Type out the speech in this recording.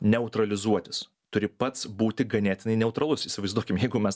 neutralizuotis turi pats būti ganėtinai neutralus įsivaizduokim jeigu mes